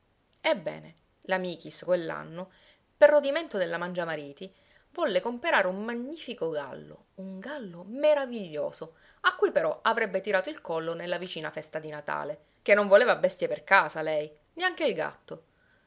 la michis quell'anno per rodimento della mangiamariti volle comperare un magnifico gallo un gallo meraviglioso a cui però avrebbe tirato il collo nella vicina festa di natale ché non voleva bestie per casa lei neanche il gatto